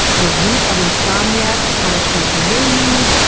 the root of insomnia, how much sleep you really need,